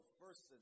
first